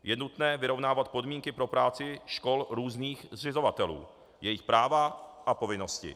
Je nutné vyrovnávat podmínky pro práci škol různých zřizovatelů, jejich práva a povinnosti.